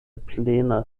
plena